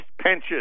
pensions